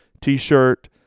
T-shirt